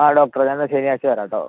അ doctor ഞാൻ എന്നാൽ ശനിയാഴ്ച വരാട്ടോ